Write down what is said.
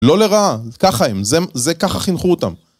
לא לרעה, ככה הם, זה ככה חינכו אותם.